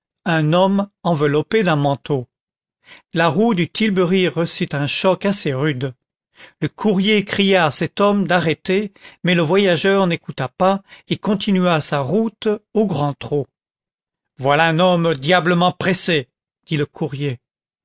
un homme enveloppé d'un manteau la roue du tilbury reçut un choc assez rude le courrier cria à cet homme d'arrêter mais le voyageur n'écouta pas et continua sa route au grand trot voilà un homme diablement pressé dit le courrier